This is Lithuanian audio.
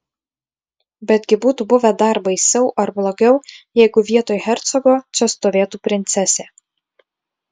betgi būtų buvę dar baisiau ar blogiau jeigu vietoj hercogo čia stovėtų princesė